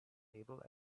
able